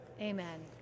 Amen